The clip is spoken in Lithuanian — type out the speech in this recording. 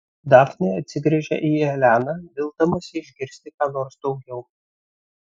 dafnė atsigręžia į eleną vildamasi išgirsti ką nors daugiau